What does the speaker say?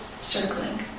circling